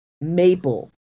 maple